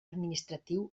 administratiu